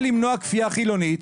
כדי למנוע כפייה חילונית.